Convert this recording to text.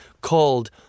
called